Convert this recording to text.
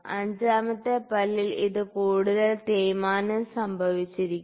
അഞ്ചാമത്തെ പല്ലിൽ ഇത് കൂടുതൽ തേയ്മാനം സംഭവിച്ചിരിക്കുന്നു